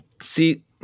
See